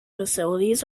facilities